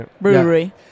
brewery